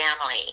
family